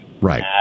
right